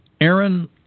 Aaron